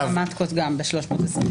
המטקות גם ב-320?